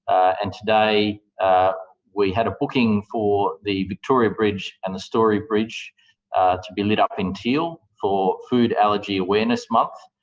and today we had a booking for the victoria bridge and the story bridge to be lit up in teal for food allergy awareness month.